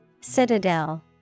Citadel